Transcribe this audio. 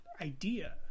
Idea